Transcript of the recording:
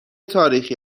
تاریخی